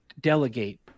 delegate